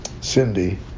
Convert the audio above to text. Cindy